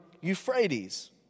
Euphrates